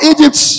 Egypt